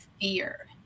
fear